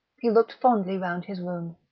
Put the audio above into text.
he looked fondly round his room.